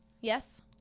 yes